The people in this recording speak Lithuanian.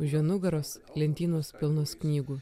už jo nugaros lentynos pilnos knygų